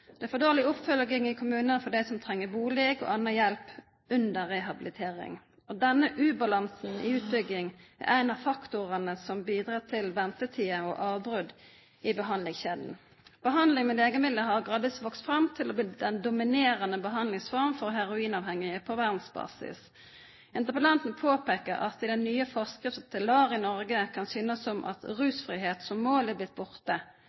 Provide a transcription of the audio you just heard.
Det er for dårlig oppfølging i kommunene for dem som trenger bolig og annen hjelp under rehabilitering. Denne ubalansen i utbyggingen er en av faktorene som bidrar til ventetider og avbrudd i behandlingskjeden. Behandling med legemidler har gradvis vokst fram til å bli den dominerende behandlingsformen for heroinavhengige på verdensbasis. Interpellanten påpeker at det i den nye forskriften til LAR i Norge kan synes som om rusfrihet som mål er blitt borte.